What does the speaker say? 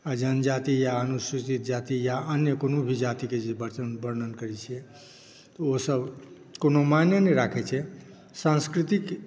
आ जनजाति या अनुसूचित जनजाति या अन्य कोनो भी जातिकें जे वर्णन करै छियै ओसभ कोनो मायने नहि राखै छै संस्कृतिक